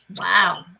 Wow